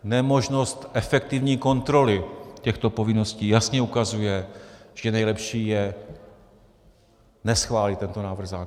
Nemožnost efektivní kontroly těchto povinností jasně ukazuje, že nejlepší je neschválit tento návrh zákona.